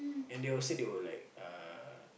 and they will say they will like uh